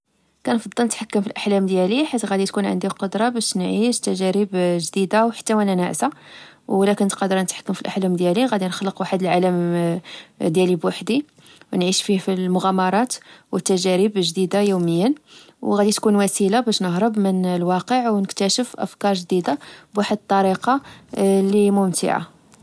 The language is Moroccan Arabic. كنفضل نتحكم في الأحلام ديالي، حيت غدي تكون عندي القدرة باش نعيش تجارب جديدة و حتى وأنا ناعسة. ولا كنت قادر نتحكم فالأحلام ديالي، غادي نخلق واحد العالم ديالي بحدي ونعيش فيه مغامرات وتجارب جديدة يوميا، وغادي تكون وسيلة باش نهرب من الواقع ونكتاشف أفكار جديدة بواحد الطريقة لممتعة.